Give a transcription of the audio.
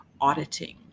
auditing